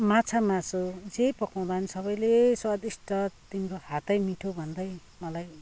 माछा मासु जे पकाउँदा पनि सबैले स्वादिस्ट तिम्रो हातै मिठो भन्दै मलाई